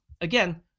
again